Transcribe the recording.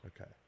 Okay